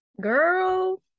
Girl